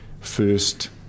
first